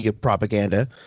propaganda